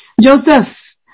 Joseph